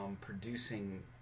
producing